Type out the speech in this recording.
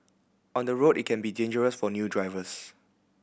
on the road it can be dangerous for new drivers